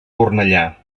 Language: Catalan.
cornellà